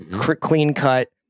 clean-cut